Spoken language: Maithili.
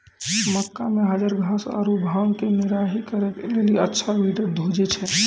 मक्का मे गाजरघास आरु भांग के निराई करे के लेली अच्छा वीडर खोजे छैय?